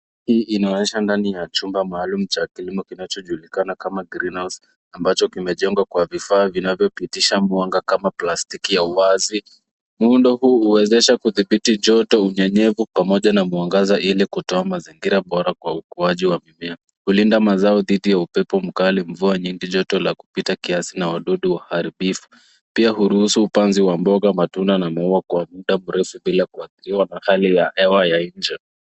Hii inaonyesha ndani ya chumba maalum cha kilimo kinachojulikana kama greenhouse ambacho kimejengwa kwa vifaa vinavyopitisha mwanga kama plastiki ya uwazi. Muundo huu huwezesha kudhibiti joto, unyenyevu, pamoja na mwangaza ili kutoa mazingira bora kwa ukuaji wa mimea. Hulinda mazao dhidi ya upepo mkali, mvua nyingi, joto la kupita kiasi, na wadudu waharibifu. Pia huruhusu upanzi wa mboga, matunda, na maua kwa muda mrefu bila kuathiriwa na hali ya hewa ya nje.